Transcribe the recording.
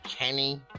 kenny